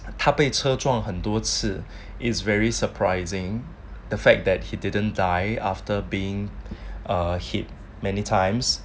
他被车撞很多次 is very surprising the fact that he didn't die after being a hit many times